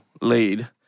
lead